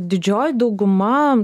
didžioji dauguma